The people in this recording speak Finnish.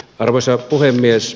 arvoisa puhemies